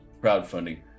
crowdfunding